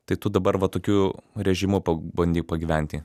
tai tu dabar va tokiu režimu pabandyk pagyventi